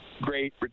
great